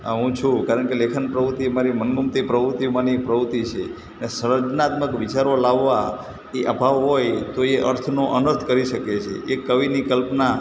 આ હું છું કારણકે લેખન પવૃત્તિ મારી મનગમતી પ્રવૃત્તિમાંની એક પ્રવૃત્તિ છે ને સર્જનાત્મક વિચારો લાવવા એ અભાવ હોય તો એ અર્થનો અનર્થ કરી શકે છે એક કવિની કલ્પના